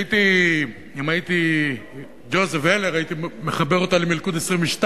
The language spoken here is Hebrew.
שאם הייתי ג'וזף הלר הייתי מחבר אותה ל"מלכוד 22"